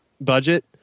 budget